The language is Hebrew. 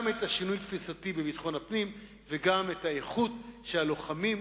גם את השינוי התפיסתי בביטחון הפנים וגם את האיכות של הלוחמים,